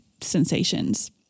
sensations